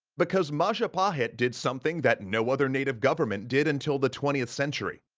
because majapahit did something that no other native government did until the twentieth century.